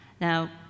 Now